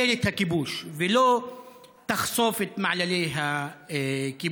את הכיבוש ולא תחשוף את מעללי הכיבוש.